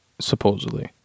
supposedly